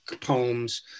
poems